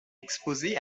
exposée